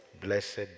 Blessed